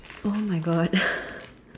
!oh-my-God!